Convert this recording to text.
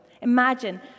Imagine